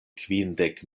kvindek